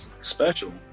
special